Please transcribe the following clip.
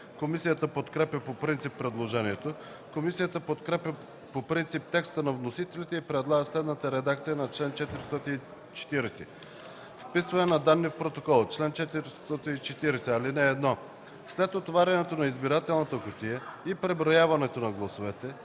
Комисията подкрепя по принцип предложението. (Силен шум.) Комисията подкрепя по принцип текста на вносителите и предлага следната редакция на чл. 440: „Вписване на данни в протокола Чл. 440. (1) След отварянето на избирателната кутия и преброяването на гласовете,